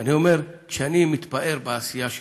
אני אומר, כשאני מתפאר בעשייה שלנו,